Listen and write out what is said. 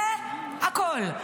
זה הכול.